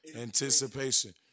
Anticipation